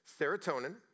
serotonin